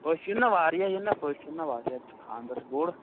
پٔژھۍ یِن نہ واریاہ یِن نہ پٔژھۍ یِن نہ واریاہ ییٚتہِ چھُ خاندر چھِ بوٚڑ